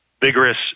vigorous